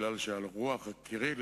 כי הלוח הקירילי,